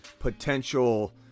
potential